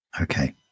Okay